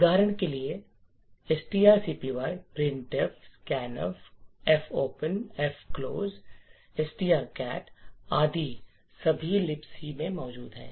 उदाहरण के लिए strcpy printf scanf fopen fclose strcat आदि सभी लिब्स में मौजूद हैं